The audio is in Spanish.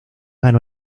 ganó